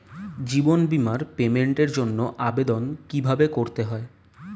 জীবন বীমার পেমেন্টের জন্য আবেদন কিভাবে করতে হয়?